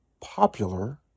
popular